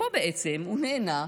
פה בעצם הוא נהנה.